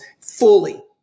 fully